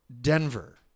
Denver